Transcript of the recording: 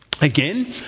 Again